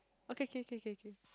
okay okay okay okay okay